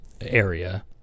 area